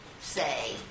say